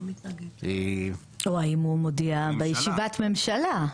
או האם הוא מודיע בישיבת ממשלה,